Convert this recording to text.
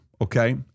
okay